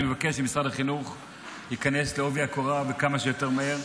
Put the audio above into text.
אני מבקש שמשרד החינוך ייכנס בעובי הקורה וכמה שיותר מהר,